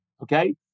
Okay